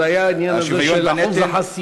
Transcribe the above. זה היה העניין הזה של אחוז החסימה,